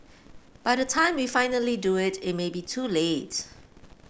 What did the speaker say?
by the time we finally do it it may be too late